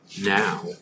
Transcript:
now